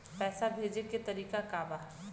पैसा भेजे के तरीका का बा?